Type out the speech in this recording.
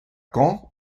caen